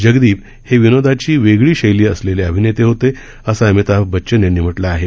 जगदीप हे विनोदाती वेगळी शैली असलेले अभिनेते होते असं आमिताभ बच्चन यांनी म्हटलं आहे